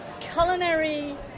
Culinary